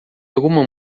alguma